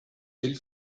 del